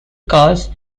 cars